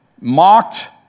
mocked